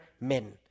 men